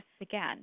again